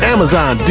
Amazon